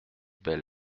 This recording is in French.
bel